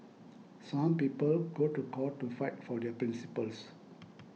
some people go to court to fight for their principles